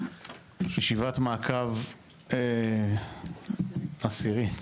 ישיבת מעקב עשירית